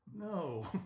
no